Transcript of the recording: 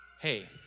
hey